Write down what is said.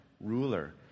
ruler